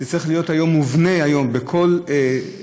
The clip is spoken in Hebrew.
זה צריך להיות מובנה היום בכל דיגיטציה